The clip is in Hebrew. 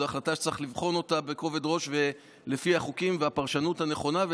זאת החלטה שצריך לבחון אותה בכובד ראש לפי החוקים והפרשנות הנכונה.